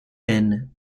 thin